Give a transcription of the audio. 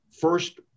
first